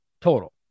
total